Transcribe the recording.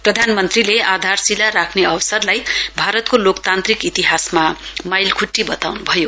प्रधानमन्त्रीले आधारशिला राख्ने अवसरलाई भारत लोकतान्त्रिक इतिहासमा माइलखुट्टी बताउनु भयो